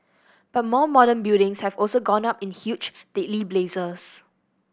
but more modern buildings have also gone up in huge deadly blazes